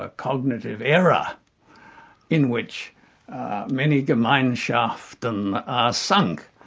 ah cognitive error in which many gemeinschaften are sunk,